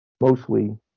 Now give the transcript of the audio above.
mostly